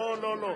רק יידוע,